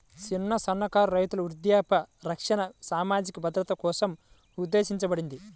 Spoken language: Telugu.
చిన్న, సన్నకారు రైతుల వృద్ధాప్య రక్షణ సామాజిక భద్రత కోసం ఉద్దేశించబడింది